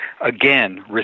again